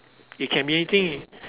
it can be anything